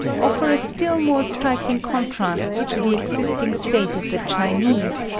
offer a still more striking contrast to the existing state of the chinese,